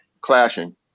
clashing